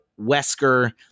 Wesker